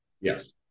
Yes